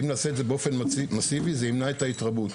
אם נעשה את זה באופן מסיבי, זה ימנע את ההתרבות.